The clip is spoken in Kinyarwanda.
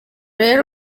rero